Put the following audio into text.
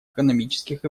экономических